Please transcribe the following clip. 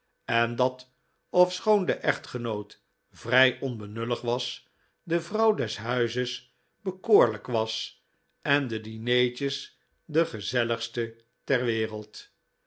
en dat ofschoon de echtgenoot vrij onbenullig was de vrouw des huises bekoorlijk was en de dineetjes de gezelligste ter wereld